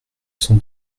son